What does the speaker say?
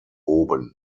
oben